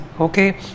okay